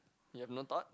you have no thought